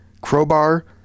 Crowbar